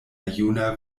juna